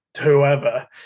whoever